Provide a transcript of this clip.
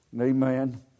Amen